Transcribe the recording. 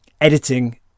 editing